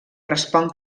respon